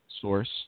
source